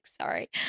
sorry